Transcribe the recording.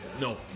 no